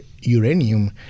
uranium